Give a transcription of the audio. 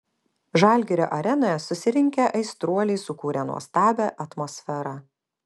žalgirio arenoje susirinkę aistruoliai sukūrė nuostabią atmosferą